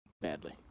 badly